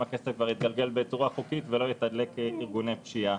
הוא ישמש בצורה חוקית ולא לתדלק ארגוני פשיעה.